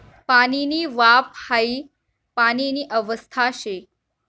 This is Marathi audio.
पाणीनी वाफ हाई पाणीनी अवस्था शे